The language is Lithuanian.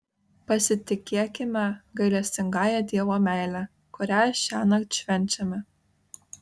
pasitikėkime gailestingąja dievo meile kurią šiąnakt švenčiame